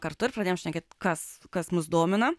kartu ir pradėjom šnekėt kas kas mus domina